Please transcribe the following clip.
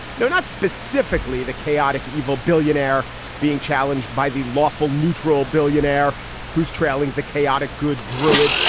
no, not specifically. the chaotic evil billionaire being challenged by the lawful neutral billionaire who's trailing the chaotic, good druid.